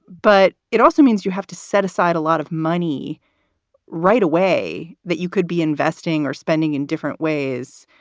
but it also means you have to set aside a lot of money right away that you could be investing or spending in different ways.